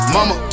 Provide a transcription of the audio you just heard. Mama